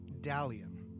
Dalian